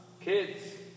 Kids